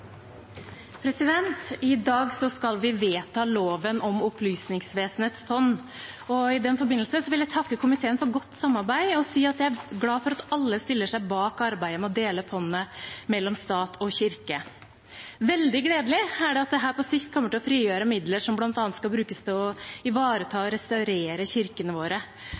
I dag skal vi vedta loven om Opplysningsvesenets fond. I den forbindelse vil jeg takke komiteen for godt samarbeid og si at jeg er glad for at alle stiller seg bak arbeidet med å dele fondet mellom stat og kirke. Det er veldig gledelig at dette på sikt kommer til å frigjøre midler som bl.a. skal brukes til å ivareta og restaurere kirkene våre.